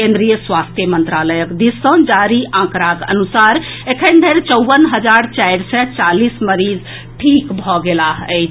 केंद्रीय स्वास्थ्य मंत्रालयक दिस सँ जारी आंकड़ाक अनुसार एखन धरि चौवन हजार चारि सय चालीस मरीज ठीक भऽ गेलाह अछि